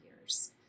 years